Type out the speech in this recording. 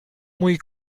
mój